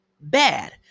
bad